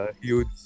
huge